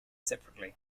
separately